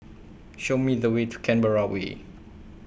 Show Me The Way to Canberra Way